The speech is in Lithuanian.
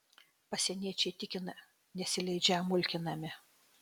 pasieniečiai tikina nesileidžią mulkinami